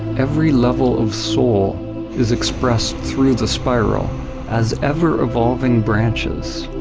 every level of soul is expressed through the spiral as ever-evolving branches,